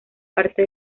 parte